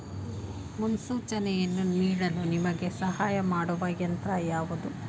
ಮುನ್ಸೂಚನೆಯನ್ನು ನೀಡಲು ನಿಮಗೆ ಸಹಾಯ ಮಾಡುವ ಯಂತ್ರ ಯಾವುದು?